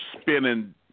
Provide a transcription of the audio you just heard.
spinning